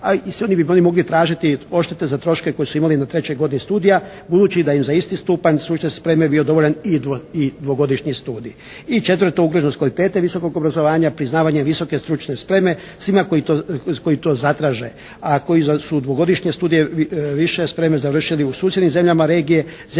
a svi bi oni mogli tražiti odštete za troške koji su imali do treće godine studija budući da im za isti stupanj stručne spreme bio dovoljan i dvogodišnji studij. I četvrto, …/Govornik se ne razumije./… kvalitete visokog obrazovanja, priznavanje visoke stručne spreme svima koji to zatraže, a koji su dvogodišnje studije više spreme završili u susjednim zemljama regije, zemljama